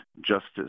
justice